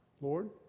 Lord